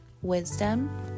Wisdom